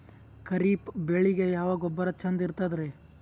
ಖರೀಪ್ ಬೇಳಿಗೆ ಯಾವ ಗೊಬ್ಬರ ಚಂದ್ ಇರತದ್ರಿ?